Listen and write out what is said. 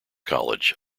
college